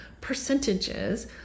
percentages